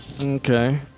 Okay